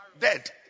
Dead